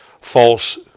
false